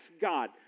God